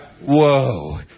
Whoa